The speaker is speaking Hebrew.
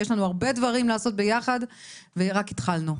יש לנו הרבה דברים לעשות ביחד, ורק התחלנו.